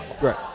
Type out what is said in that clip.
Right